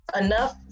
enough